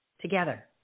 together